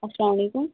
اسلامُ علیکُم